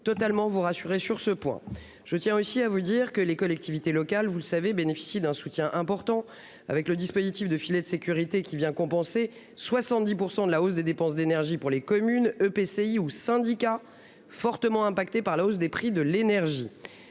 totalement vous rassurer, sur ce point je tiens aussi à vous dire que les collectivités locales, vous le savez, bénéficient d'un soutien important avec le dispositif de filet de sécurité qui vient compenser 70% de la hausse des dépenses d'énergie pour les communes, EPCI ou syndicats fortement impacté par la hausse des prix de l'énergie.